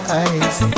eyes